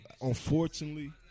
Unfortunately